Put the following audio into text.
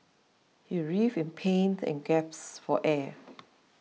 he writhed in pains and gasped for air